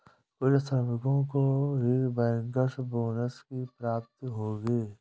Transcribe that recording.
कुछ श्रमिकों को ही बैंकर्स बोनस की प्राप्ति होगी